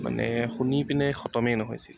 মানে শুনি পিনে খতমে নহৈছিল